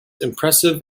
impressive